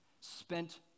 spent